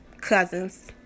cousins